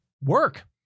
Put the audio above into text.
work